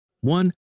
One